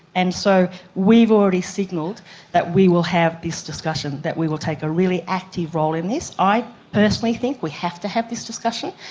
and so we've already signalled that we will have this discussion, that we will take a really active role in this. i personally think we have to have this discussion.